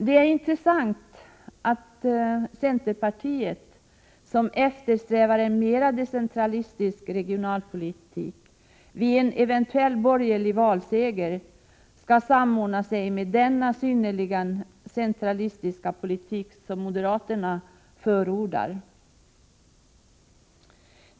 Det är intressant att centerpartiet, som eftersträvar en mera decentralistisk regionalpolitik, vid en eventuell borgerlig valseger skall samordna sig med den synnerligen centralistiska politik som moderaterna förordar.